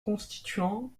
constituant